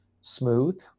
smooth